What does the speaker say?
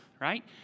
right